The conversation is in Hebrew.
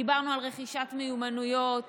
דיברנו על רכישת מיומנויות